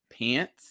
pants